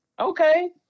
Okay